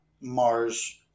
Mars